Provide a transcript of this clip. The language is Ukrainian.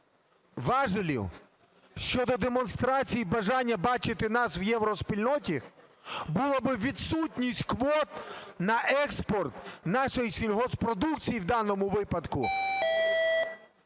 важелів щодо демонстрації бажання бачити нас у євроспільноті була би відсутність квот на експорт нашої сільгосппродукції в даному випадку